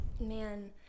Man